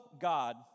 God